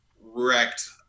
wrecked